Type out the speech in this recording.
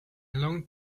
long